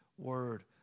word